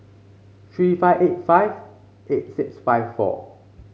three five eight five eight six five four